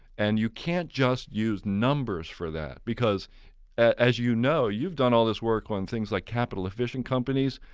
and you can't just use numbers for that because as you know, you've done all this work on things like capital efficient companies.